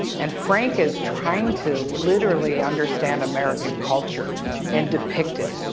and frank is trying to literally understand american culture and depict it.